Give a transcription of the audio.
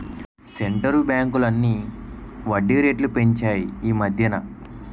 centre బ్యాంకులన్నీ వడ్డీ రేట్లు పెంచాయి ఈమధ్యన